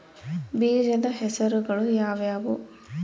ಬೇಜದ ಹೆಸರುಗಳು ಯಾವ್ಯಾವು?